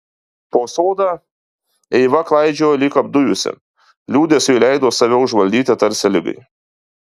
po sodą eiva klaidžiojo lyg apdujusi liūdesiui leido save užvaldyti tarsi ligai